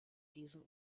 diesen